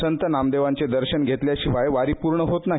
संत नामदेवांचे दर्शन घेतल्याशिवाय वारी पूर्ण होत नाही